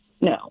No